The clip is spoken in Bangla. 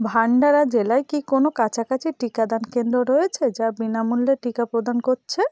ভান্ডারা জেলায় কি কোনো কাছাকাছি টিকাদান কেন্দ্র রয়েছে যা বিনামূল্যে টিকা প্রদান করছে